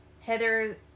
Heather